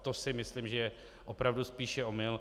To si myslím, že to je opravdu spíše omyl.